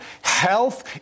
health